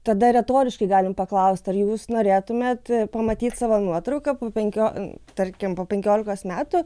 tada retoriškai galime paklausti ar jūs norėtumėt pamatyti savo nuotrauką po penkio tarkim po penkiolikos metų